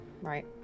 Right